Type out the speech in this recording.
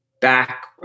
back